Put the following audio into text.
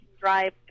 drive